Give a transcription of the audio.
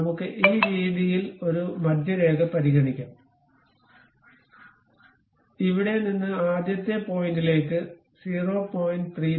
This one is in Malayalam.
അതിനാൽ നമുക്ക് ഈ രീതിയിൽ ഒരു മധ്യരേഖ പരിഗണിക്കാം ഇവിടെ നിന്ന് ആദ്യത്തെ പോയിന്റിലേക്ക് 0